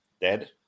dead